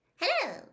Hello